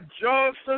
Johnson